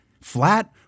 flat